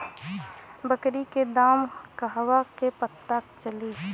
बकरी के दाम कहवा से पता चली?